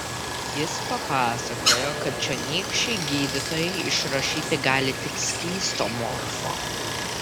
jis papasakojo kad čionykščiai gydytojai išrašyti gali tik skysto morfo